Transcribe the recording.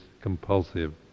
compulsive